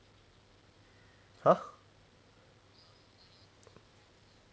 !huh!